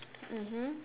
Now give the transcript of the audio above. mmhmm